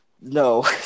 no